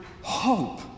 hope